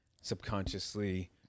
subconsciously